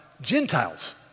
Gentiles